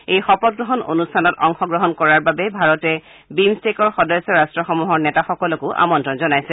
এই শপতগ্ৰহণ অনুষ্ঠানত অংশগ্ৰহণ কৰাৰ বাবে ভাৰতে বিমট্টেকৰ সদস্য ৰাষ্ট্ৰসমূহৰ নেতাসকলকো আমন্ত্ৰণ জনাইছে